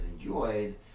enjoyed